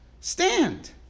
stand